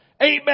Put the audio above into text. Amen